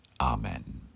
Amen